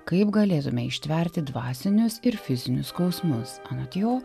kaip galėtume ištverti dvasinius ir fizinius skausmus anot jo